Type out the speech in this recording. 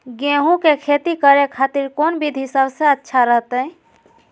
गेहूं के खेती करे खातिर कौन विधि सबसे अच्छा रहतय?